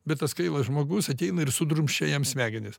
bet tas kvailas žmogus ateina ir sudrumsčia jam smegenis